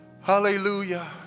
Hallelujah